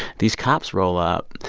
these cops roll up.